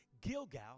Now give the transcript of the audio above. Gilgal